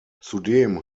zudem